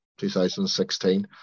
2016